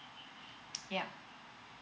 yeah